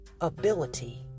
ability